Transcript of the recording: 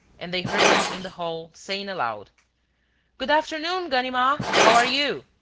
and they heard him, in the hall, saying aloud good-afternoon, ganimard, how are you?